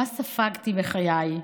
מה ספגתי בחיי,